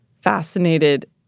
fascinated